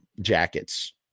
jackets